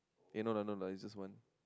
eh no lah no lah it's just one